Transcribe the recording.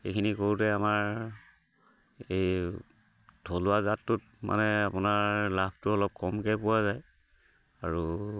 এইখিনি কৰোঁতে আমাৰ এই থলুৱা জাতটোত মানে আপোনাৰ লাভটো অলপ কমকৈ পোৱা যায় আৰু